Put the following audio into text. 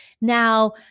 Now